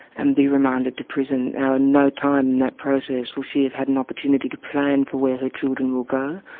and be remanded to prison. at no time in that process will she have had an opportunity to plan for where her children will go.